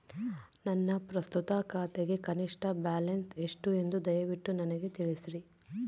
ನನ್ನ ಪ್ರಸ್ತುತ ಖಾತೆಗೆ ಕನಿಷ್ಠ ಬ್ಯಾಲೆನ್ಸ್ ಎಷ್ಟು ಎಂದು ದಯವಿಟ್ಟು ನನಗೆ ತಿಳಿಸ್ರಿ